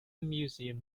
museum